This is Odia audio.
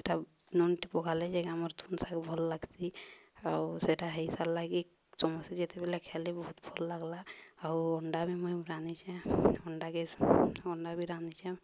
ସେଇଟା ନୁନ୍ ଟିଟେ ପକାଲେ ଯେକି ଆମର୍ ତୁନ୍ ଶାଗ ଭଲ ଲାଗ୍ସି ଆଉ ସେଇଟା ହେଇସାରିଲା କି ସମସ୍ତେ ଯେତେବେଳେ ଖେଳି ବହୁତ ଭଲ ଲାଗ୍ଲା ଆଉ ଅଣ୍ଡା ବି ମୁଇଁ ରାନ୍ଧିଚେଁ ଅଣ୍ଡାକେ ଅଣ୍ଡା ବି ରାନ୍ଧିଛେଁ